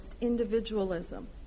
individualism